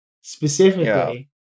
specifically